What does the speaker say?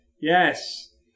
Yes